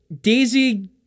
Daisy